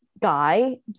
guy